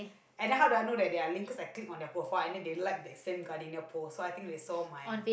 and then how do I know that they are linked cause I clicked on their profile and then they liked the same Gardenia post so I think they saw my